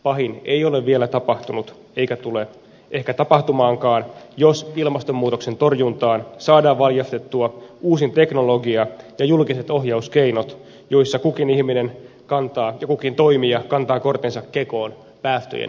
pahin ei ole vielä tapahtunut eikä tule ehkä tapahtumaankaan jos ilmastonmuutoksen torjuntaan saadaan valjastettua uusin teknologia ja julkiset ohjauskeinot joissa kukin ihminen ja kukin toimija kantaa kortensa kekoon päästöjen vähentämisessä